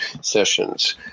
sessions